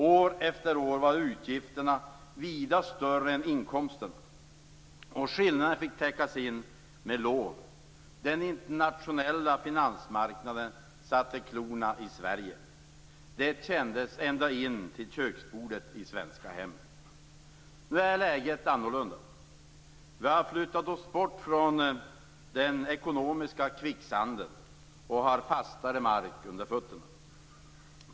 År efter år var utgifterna vida större än inkomsten. Skillnaden fick täckas in med lån. Den internationella finansmarknaden satte klorna i Sverige. Det kändes ända in till köksbordet i svenska hem. Nu är läget annorlunda. Vi har flyttat oss bort från den ekonomiska kvicksanden och har fastare mark under fötterna.